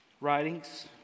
writings